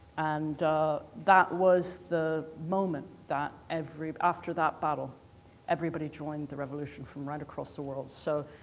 and that was the moment that every after that battle everybody joined the revolution from right across the world, so.